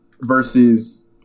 versus